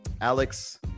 Alex